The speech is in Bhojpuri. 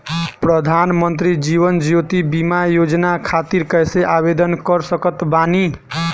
प्रधानमंत्री जीवन ज्योति बीमा योजना खातिर कैसे आवेदन कर सकत बानी?